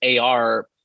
AR